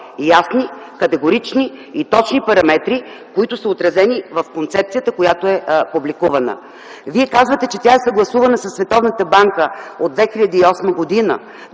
– ясни, категорични и точни параметри, които са отразени в концепцията, която е публикувана. Вие казвате, че тя е съгласувана със Световната